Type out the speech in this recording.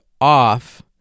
off